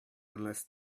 unless